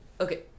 Okay